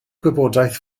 gwybodaeth